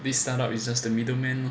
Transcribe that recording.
this start up is just the middleman lor